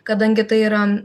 kadangi tai yra